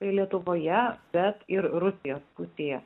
lietuvoje bet ir rusijos pusėje